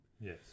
Yes